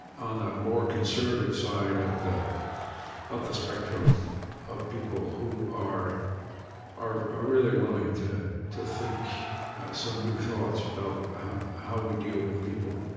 on the more conservative side of the of the spectrum of people who are are really willing to to think some new thoughts about how we deal with people,